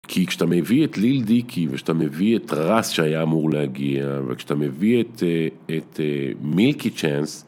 כי כשאתה מביא את ליל דיקי וכשאתה מביא את רס שהיה אמור להגיע וכשאתה מביא את מיקי צ'אנס